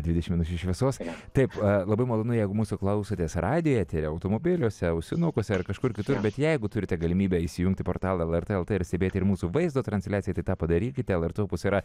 dvidešimt minučių šviesos taip labai malonu jeigu mūsų klausotės radijo eteryje automobiliuose ausinukuose ar kažkur kitur bet jeigu turite galimybę įsijungti portalą lrt el t ir stebėti ir mūsų vaizdo transliaciją tai tą padarykite lrt opuse yra